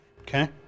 Okay